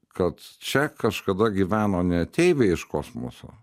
kad čia kažkada gyveno ne ateiviai iš kosmoso